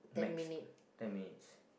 max ten minutes